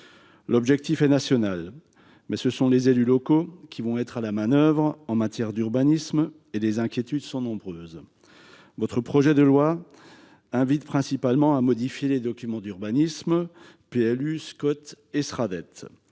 L'objectif est national, mais ce sont les élus locaux qui vont être à la manoeuvre en matière d'urbanisme ; or les inquiétudes sont nombreuses. Votre projet de loi invite principalement à modifier les documents d'urbanisme- plans locaux